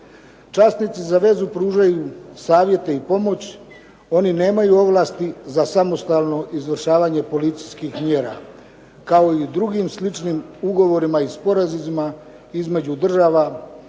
Časnici za vezu pružaju savjete i pomoć, oni nemaju ovlasti za samostalno izvršavanje policijskih mjera, kao i drugim sličnim ugovorima i sporazumima između država